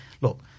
look